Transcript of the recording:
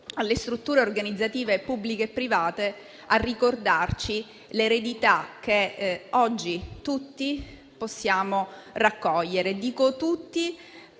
alle strutture organizzative pubbliche e private, a ricordarci l'eredità che oggi tutti possiamo raccogliere. Dico tutti